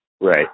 Right